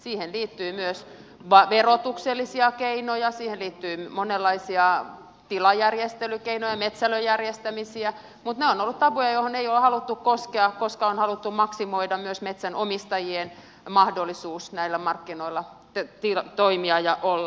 siihen liittyy myös verotuksellisia keinoja siihen liittyy monenlaisia tilajärjestelykeinoja metsälöiden järjestämisiä mutta ne ovat olleet tabuja joihin ei ole haluttu koskea koska on haluttu maksimoida myös metsänomistajien mahdollisuus näillä markkinoilla toimia ja olla